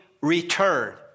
return